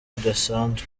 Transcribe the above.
budasanzwe